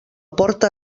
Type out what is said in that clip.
porta